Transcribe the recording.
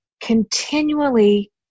continually